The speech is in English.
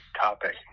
topic